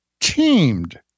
teamed